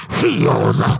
heals